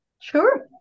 Sure